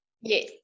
Yes